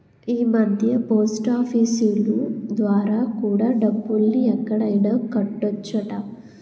ఈమధ్య పోస్టాఫీసులు ద్వారా కూడా డబ్బుల్ని ఎక్కడైనా కట్టొచ్చట